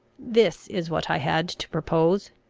this is what i had to propose.